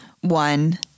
one